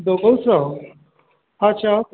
ଦଗୋଉଚ ଆଚ୍ଛା